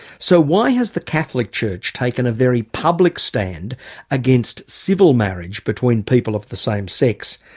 so why has the catholic church taken a very public stand against civil marriage between people of the same sex?